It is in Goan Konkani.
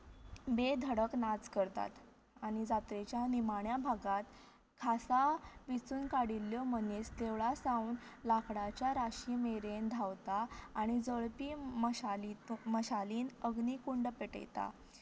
बेधडक नाच करतात आनी जात्रेच्या निमाण्या भागांत खासा वेंचून काडिल्ल्यो मनीस देवळां सावन लाकडाच्या राशी मेरेन धांवतात आनी जळपी मशाली मशालीत अग्नीकूंड पेटयता